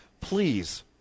Please